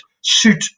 suit